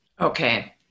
Okay